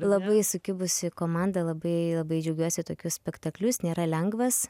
labai sukibusi komanda labai labai džiaugiuosi tokiu spektakliu jis nėra lengvas